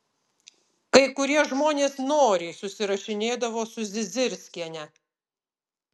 kai kurie žmonės noriai susirašinėdavo su zizirskiene